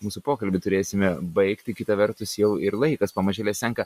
mūsų pokalbį turėsime baigti kita vertus jau ir laikas pamažėle senka